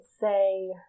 say